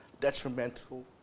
detrimental